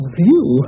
view